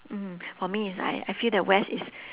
mm for me is I I feel that west is